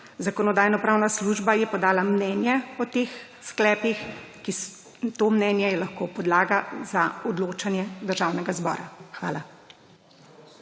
Zakonodajno-pravna služba je podala mnenje o teh sklepih, to mnenje je lahko podlaga za odločanje Državnega zbora. Hvala.